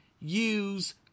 use